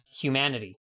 humanity